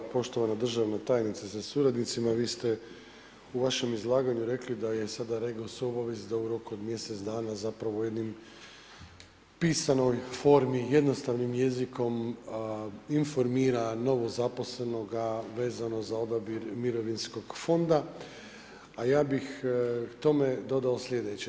Poštovana državna tajnice sa suradnicima, vi ste u vašem izlaganju rekli da je sada REGOS obavezan, da u roku od mjesec dana da zapravo u jednoj pisanoj formi, jednostavnim jezikom informira novozaposlenoga vezano za odabir mirovinskog fonda a ja bih k tome dodao slijedeće.